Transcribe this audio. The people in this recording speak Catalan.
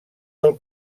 del